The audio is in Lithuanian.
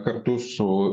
kartu su